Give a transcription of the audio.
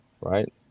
right